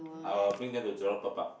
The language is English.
I'll bring them to Jurong-Bird-Park